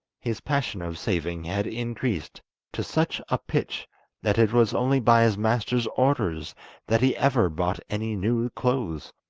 his passion of saving had increased to such a pitch that it was only by his master's orders that he ever bought any new clothes,